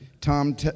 Tom